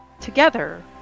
Together